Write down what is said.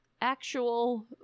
actual